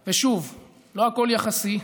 ושוב, לא הכול יחסי,